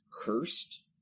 cursed